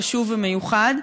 חשוב ומיוחד.